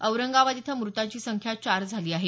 औरंगाबाद इथं मृतांची संख्या चार झाली आहे